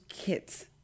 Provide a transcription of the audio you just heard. kids